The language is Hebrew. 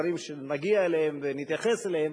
דברים שנגיע אליהם ונתייחס אליהם.